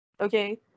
okay